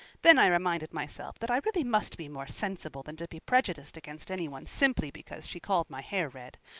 then i reminded myself that i really must be more sensible than to be prejudiced against any one simply because she called my hair red.